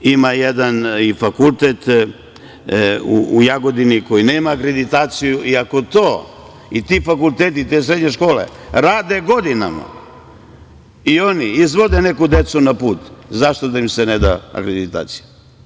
Ima jedan i fakultet u Jagodini koji nema akreditaciju i ako ti fakulteti i srednje škole rade godinama i oni izvode neku decu na put, zašto da im se ne da akreditacija?